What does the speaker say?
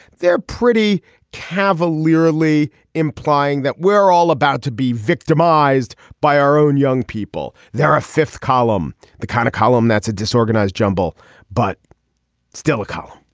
they're pretty cavalierly implying that we're all about to be victimized by our own young people. there are a fifth column the kind of column that's a disorganized jumble but still a column.